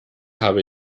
habe